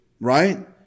right